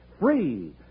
free